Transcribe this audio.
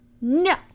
no